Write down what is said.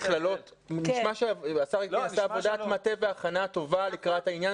נשמע שהשר עשה עבודת מטה והכנה טובה לקראת העניין,